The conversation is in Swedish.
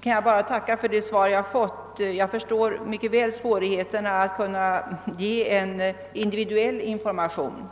kan jag bara tacka för det besked jag fått. Jag förstår mycket väl svårigheterna att kunna ge en individuell information.